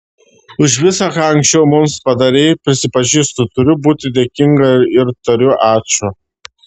už visa ką anksčiau mums padarei prisipažįstu turiu būti dėkinga ir tariu ačiū